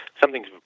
something's